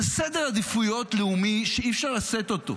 זה סדר עדיפויות לאומי שאי-אפשר לשאת אותו.